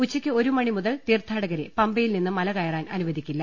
ഉച്ചയ്ക്ക് ഒരുമണി മുതൽ തീർത്ഥാട കരെ പമ്പയിൽ നിന്ന് മലകയറാൻ അനുവദിക്കില്ല